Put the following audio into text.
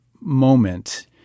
moment